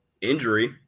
injury